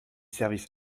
services